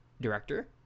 director